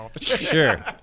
Sure